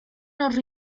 los